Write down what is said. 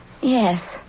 yes